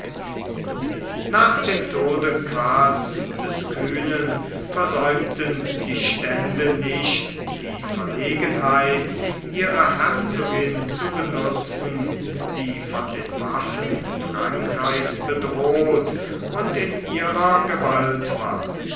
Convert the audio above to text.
nach dem tode karls des kühnen versäumten die stände nicht die verlegenheit ihrer herzogin zu benutzen die von den waffen frankreichs bedroht und in ihrer gewalt war